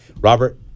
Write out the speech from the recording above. Robert